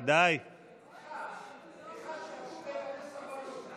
לא ראיתי אחד שמגנה סרבנות,